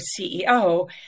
CEO